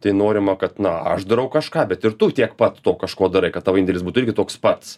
tai norima kad na aš darau kažką bet ir tu tiek pat to kažko darai kad tavo indėlis būtų irgi toks pats